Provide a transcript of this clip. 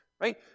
right